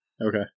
Okay